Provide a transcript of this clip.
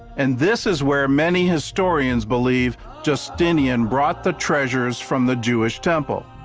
and this is where many historians believe justin and brought the treasures from the jewish temple.